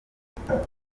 ntitugomba